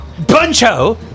Buncho